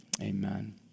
Amen